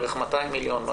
בערך 200 מיליון שקלים.